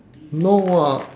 no ah